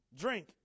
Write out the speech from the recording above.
drink